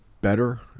better